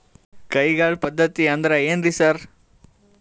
ಕೈಗಾಳ್ ಪದ್ಧತಿ ಅಂದ್ರ್ ಏನ್ರಿ ಸರ್?